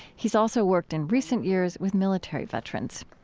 he's also worked in recent years with military veterans.